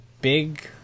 big